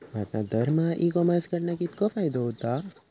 भारतात दरमहा e commerce कडणा कितको फायदो होता?